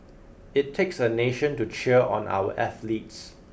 it takes a nation to cheer on our athletes